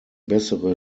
bessere